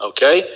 Okay